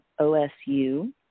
OSU